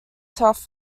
turf